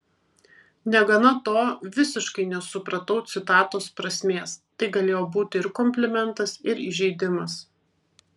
negana to visiškai nesupratau citatos prasmės tai galėjo būti ir komplimentas ir įžeidimas